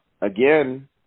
again